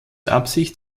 absicht